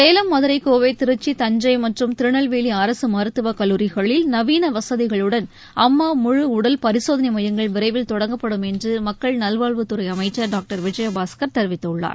சேலம் மதுரை கோவை திருச்சி தஞ்சை மற்றும் திருநெல்வேலி அரசு மருத்துவ கல்லூரிகளில் நவீன வசதிகளுடன் அம்மா ழழழ உடல் பரிசோதனை மையங்கள் விரைவில் தொடங்கப்படும் என்று மக்கள் நல்வாழ்வுத்துறை அமைச்சர் டாக்டர் விஜயபாஸ்கர் தெரிவித்துள்ளார்